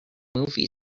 movie